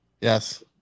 Yes